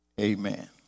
Amen